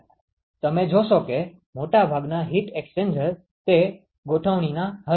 તમે જોશો કે મોટાભાગના હીટ એક્સ્ચેન્જર તે ગોઠવણીના હશે